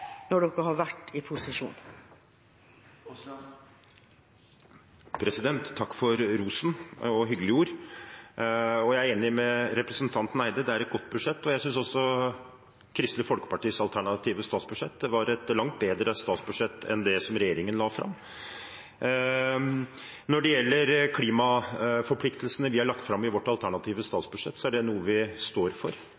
når de har vært i posisjon. Takk for rosen og hyggelige ord! Jeg er enig med representanten Andersen Eide i at det er et godt budsjett. Jeg synes også at Kristelig Folkepartis alternative statsbudsjett var et langt bedre statsbudsjett enn det som regjeringen la fram. Når det gjelder klimaforpliktelsene vi har lagt fram i vår alternative